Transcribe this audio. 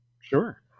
Sure